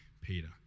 Peter